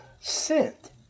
sent